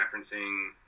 referencing